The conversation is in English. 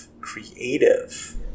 creative